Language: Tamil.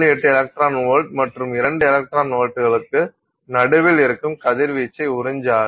8 எலக்ட்ரான் வோல்ட் மற்றும் 2 எலக்ட்ரான் வோல்ட்டுகளுக்கு நடுவில் இருக்கும் கதிர்வீச்சை உறிஞ்சாது